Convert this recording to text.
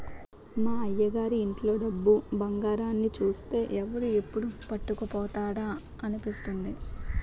మా అయ్యగారి ఇంట్లో డబ్బు, బంగారాన్ని చూస్తే ఎవడు ఎప్పుడు పట్టుకుపోతాడా అనిపిస్తుంది